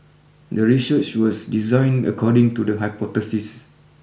the research was designed according to the hypothesis